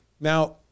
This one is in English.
Now